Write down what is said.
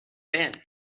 been